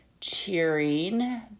cheering